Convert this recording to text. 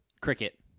Cricket